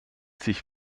sich